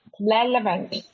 relevant